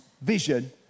vision